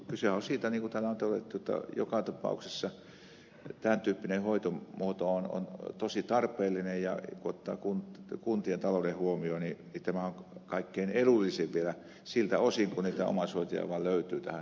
kysehän on siitä niin kuin täällä on todettu että joka tapauksessa tämän tyyppinen hoitomuoto on tosi tarpeellinen ja kun ottaa kuntien talouden huomioon niin tämä on kaikkein edullisin vielä siltä osin mitä omaisuuksia löytyykö